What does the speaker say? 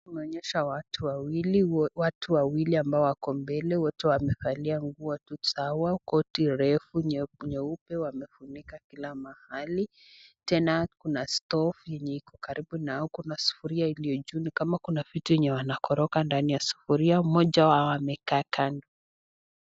Tunaonyeshwa watu wawili, watu wawili ambao wako mbele wote wamevalia nguo kisawa, koti refu nyeupe wamefunika kila mahali, tena kuna (cs) stove (cs) yenye iko karibu nao kuna sufuria iliyojuu ni kama kuna vitu yenye wanakoroga ndani ya sufuria mmoja wao amekaa kando.